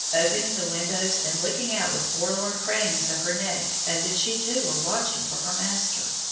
opening the windows and looking out with forlorn cranings of her neck as if she too were watching for her master.